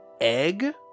egg